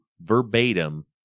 verbatim